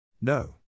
No